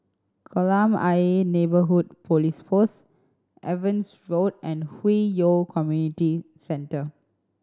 Kolam Ayer Neighbourhood Police Post Evans Road and Hwi Yoh Community Centre